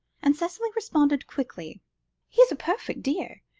and cicely responded quickly he's a perfect dear,